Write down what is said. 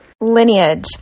lineage